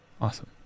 Awesome